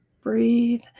breathe